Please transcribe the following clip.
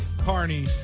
Carney